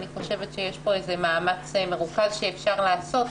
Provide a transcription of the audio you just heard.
אני חושבת שיש פה איזה מאמץ מרוכז שאפשר לעשות,